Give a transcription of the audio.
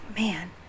man